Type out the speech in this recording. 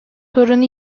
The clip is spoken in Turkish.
torunu